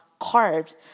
carbs